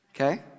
okay